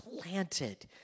planted